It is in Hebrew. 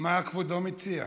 מה כבודו מציע?